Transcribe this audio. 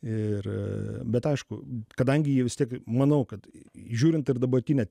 ir bet aišku kadangi jie vis tiek manau kad žiūrint ir dabartinę